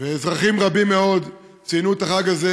ואזרחים רבים מאוד ציינו את החג הזה,